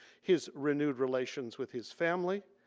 his renewed relations with his family,